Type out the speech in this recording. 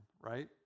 Right